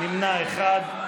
נמנע אחד.